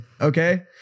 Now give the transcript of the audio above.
Okay